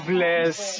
Bless